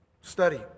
study